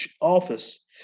office